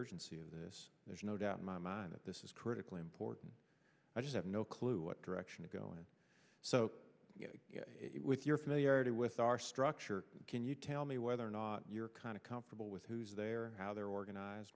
urgency of this there's no doubt in my mind that this is critically important i just have no clue what direction to go and so with your familiarity with our structure can you tell me whether or not you're kind of comfortable with who's there how they're organized